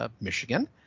Michigan